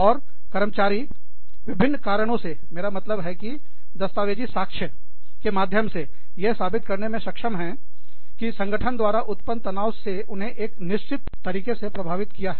और कर्मचारी विभिन्न कारणों से मेरा मतलब है कि दस्तावेजी साक्ष्य के माध्यम से यह साबित करने में सक्षम हैं कि संगठन द्वारा उत्पन्न तनाव ने उन्हें एक निश्चित तरीके से प्रभावित किया है